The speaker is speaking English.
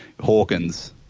Hawkins